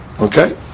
Okay